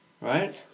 right